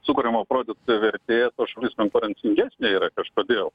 sukuriamo produkto vertės ta šalis konkurencingesnė yra kažkodėl